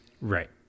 Right